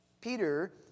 Peter